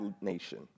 nation